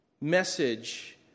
message